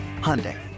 Hyundai